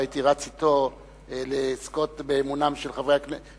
והייתי רץ אתו לזכות באמונם של אזרחי